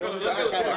כן.